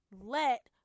let